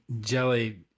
Jelly